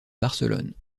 barcelone